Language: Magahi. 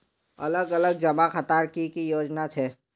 अलग अलग जमा खातार की की योजना छे?